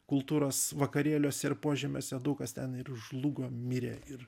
kultūros vakarėliuose ir požemiuose daug kas ten ir žlugo mirė ir